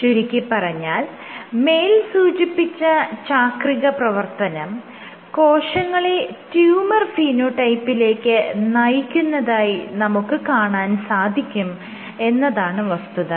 ചുരുക്കിപ്പറഞ്ഞാൽ മേൽ സൂചിപ്പിച്ച ചാക്രിക പ്രവർത്തനം കോശങ്ങളെ ട്യൂമർ ഫിനോടൈപ്പിലേക്ക് നയിക്കുന്നതായി നമുക്ക് കാണാൻ സാധിക്കും എന്നതാണ് വസ്തുത